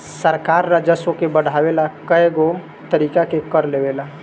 सरकार राजस्व के बढ़ावे ला कएगो तरीका के कर लेवेला